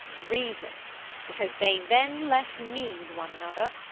reason because they then less need one another.